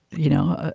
you know,